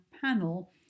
panel